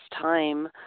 time